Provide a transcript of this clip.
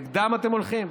נגדם אתם הולכים?